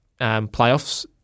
playoffs